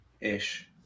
Ish